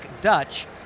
Dutch